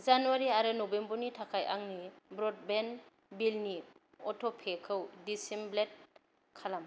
जानुवारि आरो नभेम्बरनि थाखाय आंनि ब्र'डबेन्ड बिलनि अट'पेखौ दिसेबोल्द खालाम